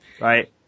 Right